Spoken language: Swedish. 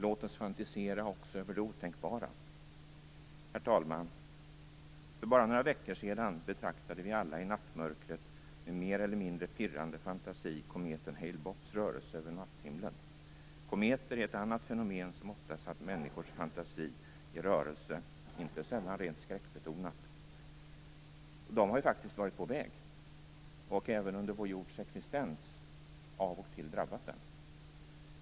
Låt oss fantisera också över det otänkbara. Herr talman! För bara några veckor sedan betraktade vi alla i nattmörkret med mer eller mindre pirrande fantasi kometen Hale-bops rörelse över natthimlen. Kometer är ett annat fenomen som ofta satt människors fantasi i rörelse, inte sällan rent skräckbetonat. De har faktiskt varit på väg, och de har även under vår jords existens av och till drabbat den.